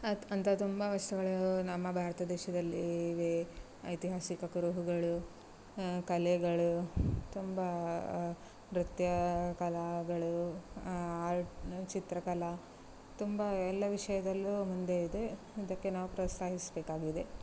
ಅತ್ ಅಂಥ ತುಂಬ ವಸ್ತುಗಳು ನಮ್ಮ ಭಾರತ ದೇಶದಲ್ಲಿ ಇವೆ ಐತಿಹಾಸಿಕ ಕುರುಹುಗಳು ಕಲೆಗಳು ತುಂಬ ನೃತ್ಯ ಕಲೆಗಳು ಆರ್ಟ್ ಚಿತ್ರಕಲೆ ತುಂಬ ಎಲ್ಲ ವಿಷಯದಲ್ಲೂ ಮುಂದೆ ಇದೆ ಇದಕ್ಕೆ ನಾವು ಪ್ರೋತ್ಸಾಹಿಸಬೇಕಾಗಿದೆ